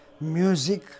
music